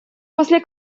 после